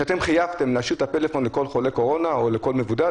את רשימת החוזרים מחו"ל באופן ישיר ולא